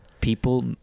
People